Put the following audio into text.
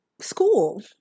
school